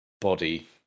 body